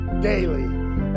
daily